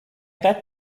that